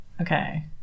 Okay